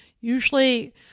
usually